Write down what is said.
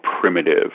primitive